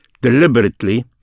deliberately